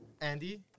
Andy